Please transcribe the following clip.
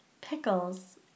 pickles